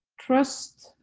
trust,